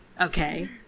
okay